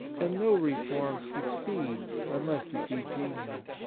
and no reform succeeds unless it be genial.